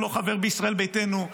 הוא לא חבר בישראל ביתנו,